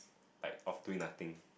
like off doing nothing